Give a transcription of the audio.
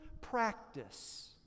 practice